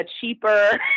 cheaper